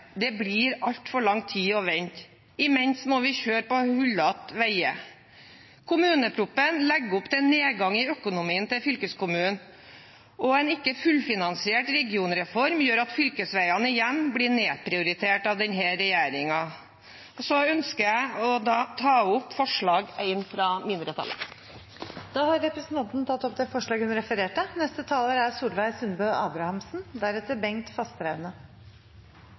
Det blir altfor lang tid å vente. Imens må vi kjøre på hullete veier. Kommuneproposisjonen legger opp til en nedgang i økonomien til fylkeskommunen, og en ikke fullfinansiert regionreform gjør at fylkesveiene igjen blir nedprioritert av denne regjeringen. Jeg tar opp forslag nr. 1, fra mindretallet. Representanten Kirsti Leirtrø har tatt opp det forslaget hun refererte til. Det er